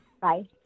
Bye